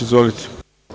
Izvolite.